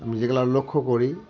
আমি যেগুলো লক্ষ্য করি